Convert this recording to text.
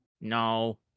No